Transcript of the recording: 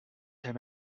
him